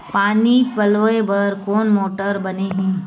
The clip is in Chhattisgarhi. पानी पलोय बर कोन मोटर बने हे?